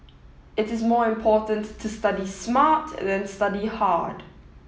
it is more important to study smart than study hard